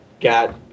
got